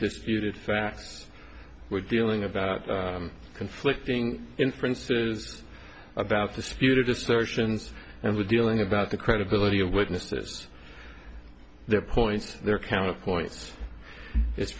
disputed facts we're dealing about conflicting inferences about disputed assertions and we're dealing about the credibility of witnesses their points their counterpoint i